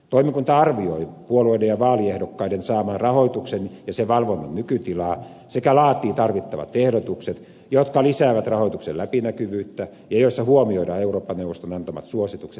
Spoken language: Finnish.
toimikunta arvioi puolueiden ja vaaliehdokkaiden saaman rahoituksen ja sen valvonnan nykytilaa sekä laatii tarvittavat ehdotukset jotka lisäävät rahoituksen läpinäkyvyyttä ja joissa huomioidaan euroopan neuvoston antamat suositukset ja näkemykset